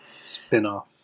Spinoff